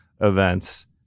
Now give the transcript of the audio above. events